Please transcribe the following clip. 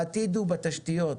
העתיד הוא בתשתיות,